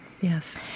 Yes